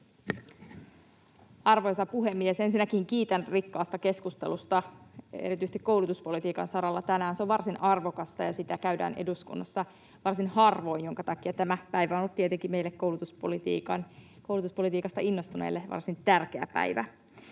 Arvoisa puhemies! Ensinnäkin kiitän rikkaasta keskustelusta erityisesti koulutuspolitiikan saralla tänään. Se on varsin arvokasta ja sitä käydään eduskunnassa varsin harvoin, minkä takia tämä päivä on ollut tietenkin meille koulutuspolitiikasta innostuneille varsin tärkeä päivä.